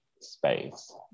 space